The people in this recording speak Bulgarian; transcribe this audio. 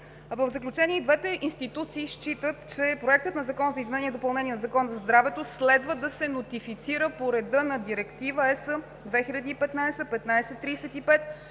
В заключение, и двете институции считат, че Проектът на Закона за изменение и допълнение на Закона за здравето следва да се нотифицира по реда на Директива (ЕС)2015/1535